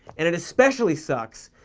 and it especially sucks,